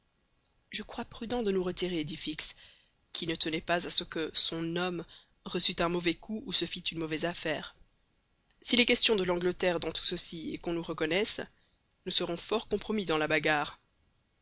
je crois prudent de nous retirer dit fix qui ne tenait pas à ce que son homme reçût un mauvais coup ou se fît une mauvaise affaire s'il est question de l'angleterre dans tout ceci et qu'on nous reconnaisse nous serons fort compromis dans la bagarre